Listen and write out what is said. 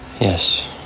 yes